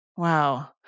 Wow